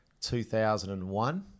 2001